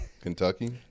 Kentucky